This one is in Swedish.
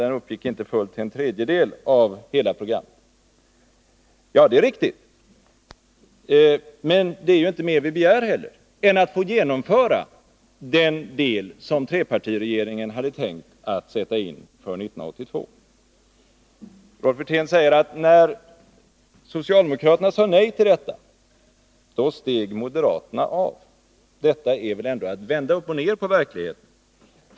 Den uppgick inte till fullt en tredjedel av hela programmet, säger Rolf Wirtén. Detta är riktigt. Men vi begär inte mer än att få genomföra den del av programmet som trepartiregeringen hade tänkt sätta in för 1982. Rolf Wirtén säger: När socialdemokraterna sade nej till denna sänkning, steg moderaterna av. Det är väl ändå att vända upp och ned på verkligheten.